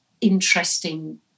interesting